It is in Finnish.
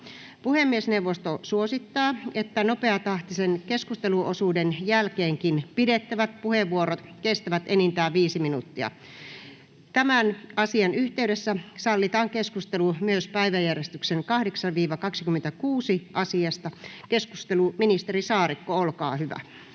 Puhemiesneuvosto suosittaa, että nopeatahtisen keskusteluosuuden jälkeenkin pidettävät puheenvuorot kestävät enintään 5 minuuttia. Tämän asian yhteydessä sallitaan keskustelu myös päiväjärjestyksen 8.—26. asiasta. — Ministeri Saarikko, olkaa hyvä.